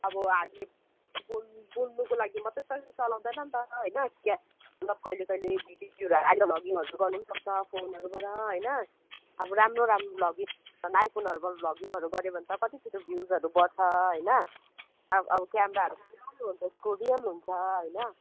अब हामीले बोल्नु बोल्नुको लागि मात्रै त चलाउँदैन नि त होइन कहिले कहिले भिडियोहरू हालेर ब्लगिङ गर्नु पनि सक्छ फोनहरूबाट होइन अब राम्रो राम्रो ब्लगिङ आइफोनहरूबाट ब्लगिङहरू गर्यो भने कति छिटो भ्युजहरू बढ्छ होइन अब अब क्यामराहरू पनि राम्रो हुन्छ उसको रियल हुन्छ होइन